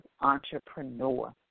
entrepreneur